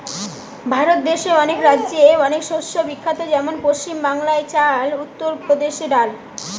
ভারত দেশে অনেক রাজ্যে অনেক শস্য বিখ্যাত যেমন পশ্চিম বাংলায় চাল, উত্তর প্রদেশে ডাল